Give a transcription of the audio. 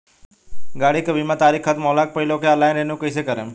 गाड़ी के बीमा के तारीक ख़तम होला के पहिले ओके ऑनलाइन रिन्यू कईसे करेम?